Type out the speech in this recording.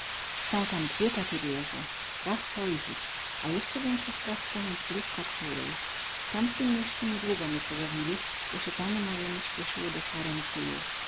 są tam dwie takie wieze strach pojrzyć a jesce więksy strach stanąć blisko ktorej tam w tym mieście niedługo my pobawiali bo sie panu mojemu śpiesyło do florencyje to